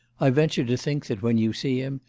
i venture to think that when you see him,